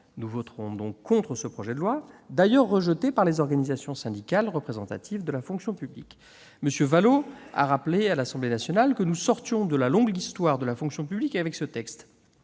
Nous voterons donc contre ce projet de loi, d'ailleurs rejeté par les organisations syndicales représentatives de la fonction publique. M. Vallaud a rappelé à l'Assemblée nationale que nous sortions de la longue histoire de la fonction publique avec ce texte.